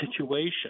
situation